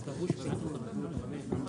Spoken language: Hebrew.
סליחה.